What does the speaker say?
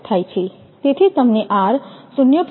તેથીતેથી જ તમને r 0